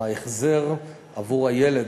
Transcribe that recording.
ההחזר עבור הילד,